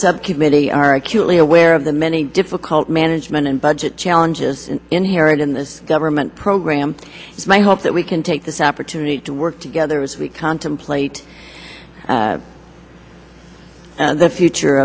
subcommittee are acutely aware of the many difficult management and budget challenges inherent in this government program is my hope that we can take this opportunity to work together as we contemplate the future